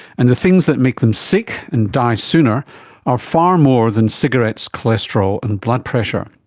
and the things that make them sick and die sooner are far more than cigarettes, cholesterol and blood pressure.